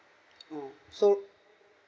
oh so